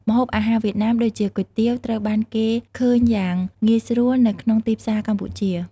ម្ហូបអាហារវៀតណាមដូចជាគុយទាវត្រូវបានគេឃើញយ៉ាងងាយស្រួលនៅក្នុងទីផ្សារកម្ពុជា។